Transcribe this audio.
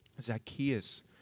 zacchaeus